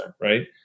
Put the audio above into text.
right